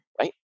right